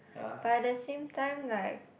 but the same time like